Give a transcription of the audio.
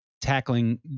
tackling